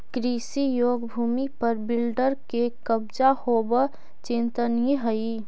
कृषियोग्य भूमि पर बिल्डर के कब्जा होवऽ चिंतनीय हई